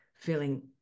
Feeling